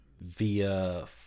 via